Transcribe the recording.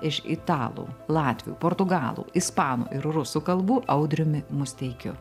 iš italų latvių portugalų ispanų ir rusų kalbų audriumi musteikiu